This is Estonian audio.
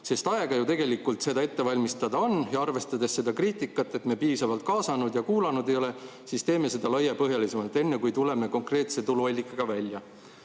sest aega ju tegelikult seda ette valmistada on ja arvestades seda kriitikat, et me ei ole piisavalt kaasanud ja kuulanud, siis teeme seda laiapõhjalisemalt, enne kui me tuleme konkreetse tuluallikaga välja."